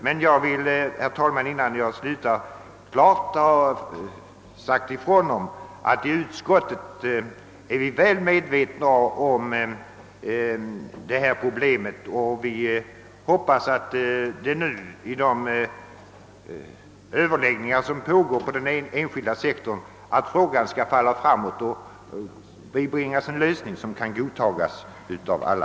Innan jag slutar vill jag dock klart säga ifrån, att vi inom utskottet är medvetna om detta problem. Vi hoppas att frågan genom de överläggningar som nu pågår på den enskilda sektorn skall bringas till en lösning.